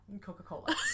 Coca-Cola